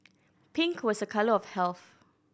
pink was a colour of health